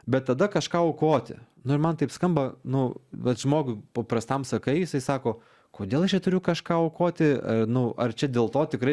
bet tada kažką aukoti nu ir man taip skamba nu vat žmogui paprastam sakai jisai sako kodėl aš čia turiu kažką aukoti nu ar čia dėl to tikrai